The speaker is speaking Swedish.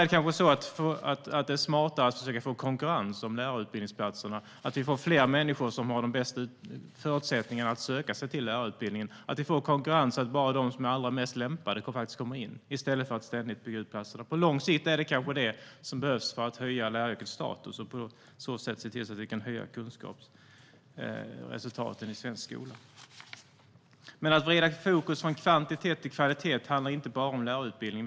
Det kanske snarare är smartare att försöka få konkurrens om lärarutbildningsplatserna, att vi får fler människor som har de bästa förutsättningarna att söka sig till lärarutbildningarna och att vi får konkurrens så att bara de som är allra mest lämpade faktiskt kommer in, i stället för att ständigt bygga ut antalet platser. På lång sikt är det kanske det som behövs för att höja läraryrkets status och på så sätt höja kunskapsresultaten i svensk skola. Att flytta fokus från kvantitet till kvalitet handlar inte bara om lärarutbildningen.